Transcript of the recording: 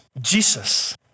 Jesus